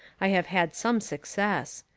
i have had some success.